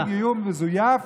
כל גיור מזויף,